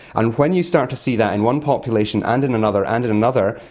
and when you start to see that in one population and in another and in another,